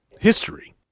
history